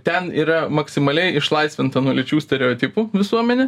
ten yra maksimaliai išlaisvinta nuo lyčių stereotipų visuomenė